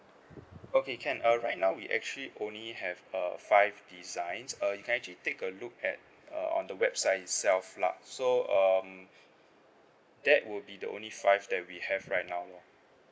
okay can uh alright now we actually only have err five designs uh you can actually take a look at uh on the website itself lah so um that would be the only five that we have right now lah